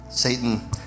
Satan